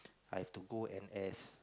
I have to go N_S